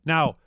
Now